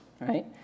right